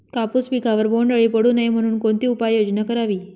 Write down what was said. कापूस पिकावर बोंडअळी पडू नये म्हणून कोणती उपाययोजना करावी?